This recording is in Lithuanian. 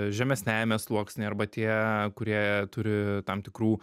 žemesniajame sluoksnyje arba tie kurie turi tam tikrų